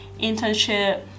internship